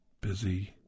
busy